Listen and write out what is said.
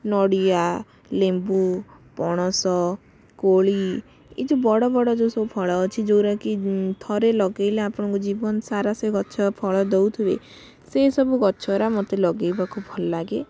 ନଡ଼ିଆ ଲେମ୍ବୁ ପଣସ କୋଳି ଏଇ ଯେଉଁ ବଡ଼ ବଡ଼ ଯେଉଁ ସବୁ ଫଳ ଅଛି ଯେଉଁଗୁଡ଼ା କି ଥରେ ଲଗାଇଲେ ଆପଣ ଙ୍କୁ ଜୀବନ ସାରା ସେଇ ଗଛ ଫଳ ଦଉଥିବେ ସେ ସବୁ ଗଛଗୁରା ମୋତେ ଲଗାଇବାକୁ ଭଲ ଲାଗେ